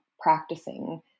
practicing